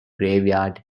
graveyard